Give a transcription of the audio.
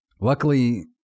luckily